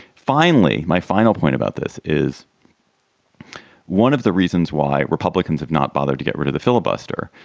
finally, my final point about this is one of the reasons why republicans have not bothered to get rid of the filibuster,